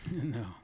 No